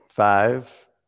Five